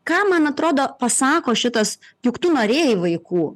ką man atrodo pasako šitas juk tu norėjai vaikų